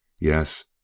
Yes